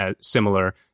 similar